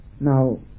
Now